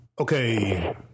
okay